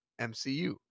MCU